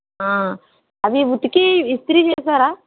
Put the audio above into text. అవి ఉతికీ ఇస్త్రీ చేశారా